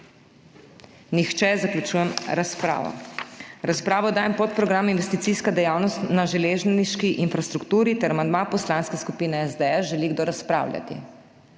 Nihče. Zaključujem razpravo. V razpravo dajem podprogram Investicijska dejavnost na železniški infrastrukturi ter amandma Poslanske skupine SDS. Želi kdo razpravljati?